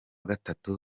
gatatu